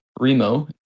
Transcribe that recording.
Remo